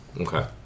Okay